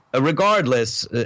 regardless